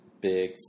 big